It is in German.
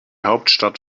hauptstadt